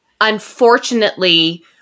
unfortunately